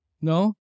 no